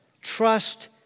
Trust